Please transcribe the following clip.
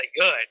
good